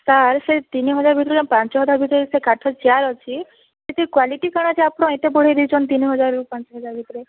sir ସେଇ ତିନି ହଜାର ଭିତରେ ପାଞ୍ଚ ହଜାର ଭିତରେ ସେ କାଠ ଚେୟାର ଅଛି ସେଥିରେ କ୍ୱାଲିଟି କ'ଣ ଯେ ଆପଣ ଏତେ ବଢ଼ାଇ ଦେଇଛନ୍ତି ତିନି ହଜାରରୁ ପାଞ୍ଚ ହଜାର ଭିତରେ